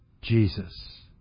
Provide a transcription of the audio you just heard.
Jesus